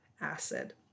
acid